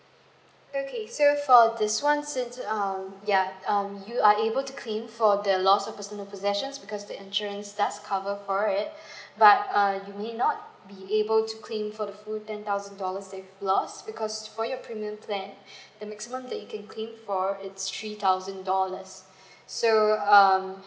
okay so for this one since um yeah um you are able to claim for the loss of personal possessions because the insurance does cover for it but uh you may not be able to claim for the full ten thousand dollars if lost because for your premium plan the maximum that you can claim for is three thousand dollars so um